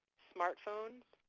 smartphones,